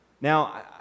Now